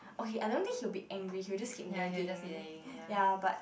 okay I don't think he will be angry he will just keep nagging ya